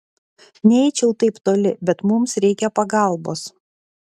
neeičiau taip toli bet mums reikia pagalbos